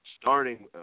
starting